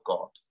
God